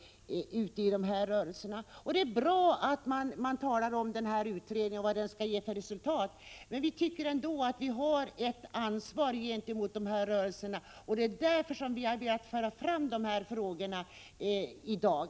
Det är bra att man talar om utredningen och vad den skall ge till resultat, men vi tycker ändå att vi har ansvar gentemot folkrörelserna, och det är därför vi har velat föra fram de här frågorna i dag.